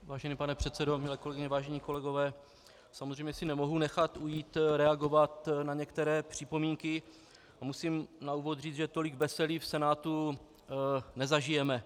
Vážený pane předsedo, milé kolegyně, vážení kolegové, samozřejmě si nemohu nechat ujít reagovat na některé připomínky a musím na úvod říct, že tolik veselí v Senátu nezažijeme.